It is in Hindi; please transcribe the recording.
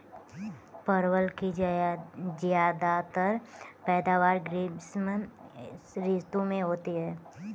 परवल की ज्यादातर पैदावार ग्रीष्म ऋतु में होती है